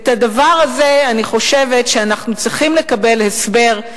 על הדבר הזה אני חושבת שאנחנו צריכים לקבל הסבר,